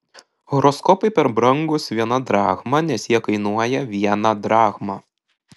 horoskopai per brangūs viena drachma nes jie kainuoja vieną drachmą